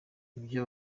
ibyo